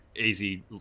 easy